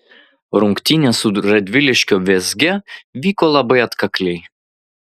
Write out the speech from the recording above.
rungtynės su radviliškio vėzge vyko labai atkakliai